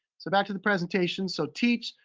so back to the presentation, so teach,